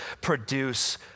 Produce